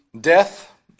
Death